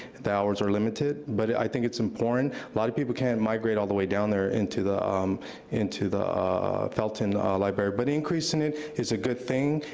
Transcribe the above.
the hours are limited, but i think it's important. a lot of people can't migrate all the way down there, into the um into the felton library, but increasing it is a good thing.